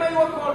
הם היו הכול.